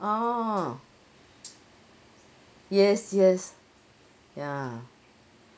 orh yes yes ya